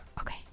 Okay